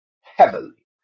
heavily